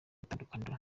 itandukaniro